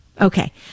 Okay